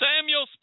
Samuel